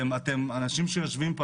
האנשים שיושבים פה,